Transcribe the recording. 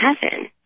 heaven